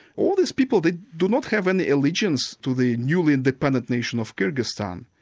all these people, they do not have any allegiance to the newly-independent nation of kyrgyzstan.